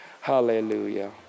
Hallelujah